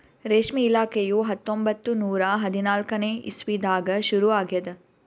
ರೇಷ್ಮೆ ಇಲಾಖೆಯು ಹತ್ತೊಂಬತ್ತು ನೂರಾ ಹದಿನಾಲ್ಕನೇ ಇಸ್ವಿದಾಗ ಶುರು ಆಗ್ಯದ್